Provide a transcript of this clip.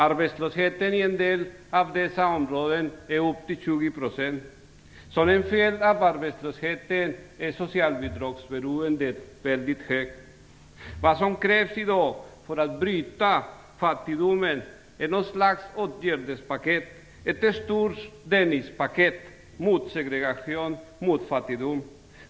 Arbetslösheten i en del av dessa områden upp till 20 %. Som en följd av denna arbetslöshet är socialbidragsberoendet väldigt stort. Vad som krävs i dag för att bryta fattigdomen är ett slags åtgärdspaket - ett stort Dennispaket - mot segregation och fattigdom.